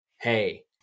hey